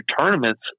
tournaments